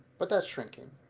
but that's shrinking.